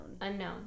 Unknown